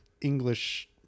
english